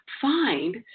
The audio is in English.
find